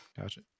Gotcha